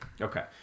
Okay